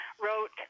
wrote